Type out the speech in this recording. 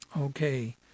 Okay